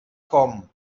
com